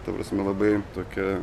ta prasme labai tokia